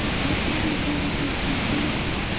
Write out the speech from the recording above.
i have had him here with me since you went.